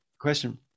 question